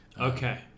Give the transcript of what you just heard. Okay